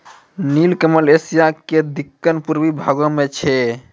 नीलकमल एशिया के दक्खिन पूर्वी भागो मे छै